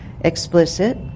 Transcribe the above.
explicit